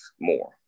more